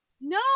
no